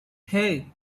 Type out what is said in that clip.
hey